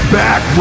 back